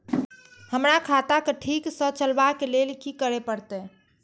हमरा खाता क ठीक स चलबाक लेल की करे परतै